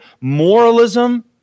Moralism